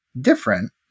different